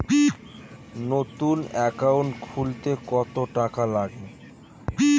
নতুন একাউন্ট খুলতে কত টাকা লাগে?